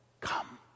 come